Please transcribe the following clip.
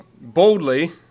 boldly